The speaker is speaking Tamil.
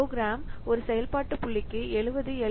ப்ரோக்ராம் ஒரு செயல்பாட்டு புள்ளிக்கு 70 எல்